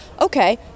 okay